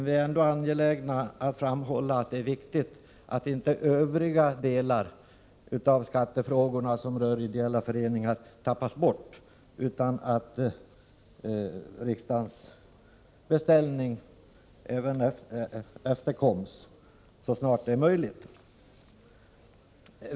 Vi är ändå angelägna att framhålla att det är viktigt att inte övriga delar av skattefrågorna som rör ideella föreningar tappas bort och att riksdagens beställning efterkommes så snart det är möjligt.